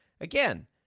again